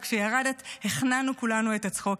וכשירדת הכנענו כולנו את הצחוק,